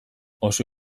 oso